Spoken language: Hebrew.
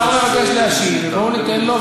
השר מבקש להשיב, בואו ניתן לו.